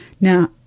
Now